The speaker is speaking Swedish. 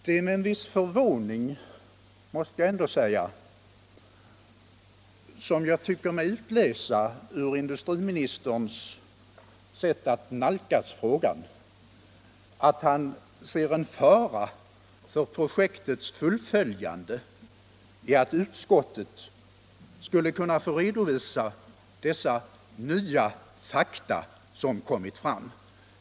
Det är med en viss förvåning — det måste jag ändå säga — som jag tycker mig utläsa ur industriministerns sätt att nalkas frågan att han ser en fara för projektets fullföljande i att utskottet skulle kunna få redovisa de nya fakta som kommit fram.